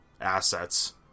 assets